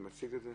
זיו,